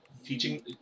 Teaching